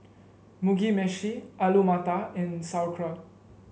Mugi Meshi Alu Matar and Sauerkraut